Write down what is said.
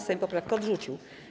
Sejm poprawkę odrzucił.